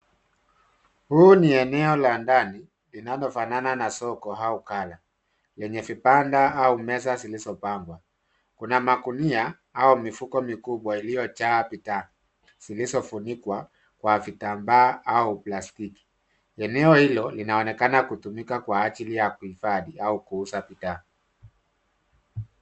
Huu ni eneo la ndani linalofanana na soko au kala, lenye vibanda au meza zilizopangwa. Kuna magunia au mifuko kubwa iliyojaa bidhaa zilizofunikwa kwa vitambaa au plastiki. Eneo hilo linaonekana kutumika kwa ajili ya kuhifadhi au kuuza bidhaa.